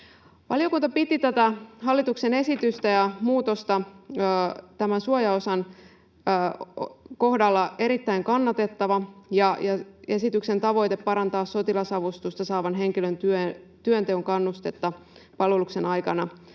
Valiokunta piti tätä hallituksen esitystä ja muutosta tämän suojaosan kohdalla erittäin kannatettavana, ja esityksen tavoite parantaa sotilasavustusta saavan henkilön työnteon kannusteita palveluksen aikana